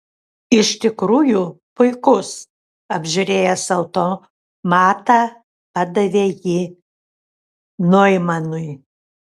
iš tikrųjų puikus apžiūrėjęs automatą padavė jį noimanui